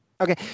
Okay